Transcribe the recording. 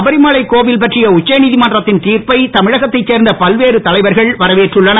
சபரிமலை கோவில் பற்றிய உச்ச நீதிமன்றத்தின் திர்ப்பை தமிழகத்தைச் சேர்ந்த பல்வேறு தலைவர்கள் வரவேற்றுள்ளனர்